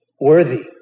Worthy